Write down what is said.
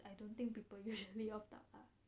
I don't think people usually opt out ah